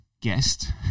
guest